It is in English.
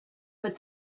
but